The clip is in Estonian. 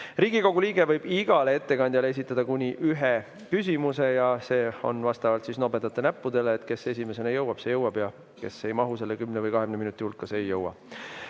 Riigikogu liige võib igale ettekandjale esitada kuni ühe küsimuse ja see on vastavalt nobedatele näppudele: kes esimesena jõuab, see jõuab, kes ei mahu selle 10 või 20 minuti sisse, see ei jõua.